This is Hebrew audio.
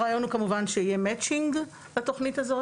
הרעיון הוא שיהיה מצ'ינג לתוכנית הזאת,